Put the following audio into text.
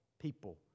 people